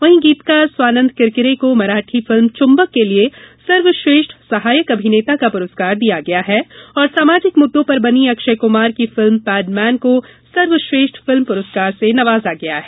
वहीं गीतकार स्वानंद किरकिरे को मराठी फिल्म चम्बक के लिए सर्वश्रेष्ठ सहायक अभिनेता का पुरस्कार दिया गया है और सामाजिक मुद्दों पर बनी अक्षय कुमार की फिल्म पैडमेन को सर्वश्रेष्ठ फिल्म पुरस्कार से नवाजा गया है